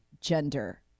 gender